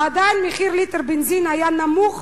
ועדיין, מחיר ליטר בנזין היה נמוך